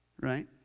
right